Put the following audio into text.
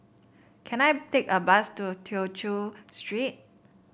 can I take a bus to Tew Chew Street